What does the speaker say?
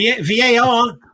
VAR